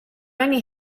only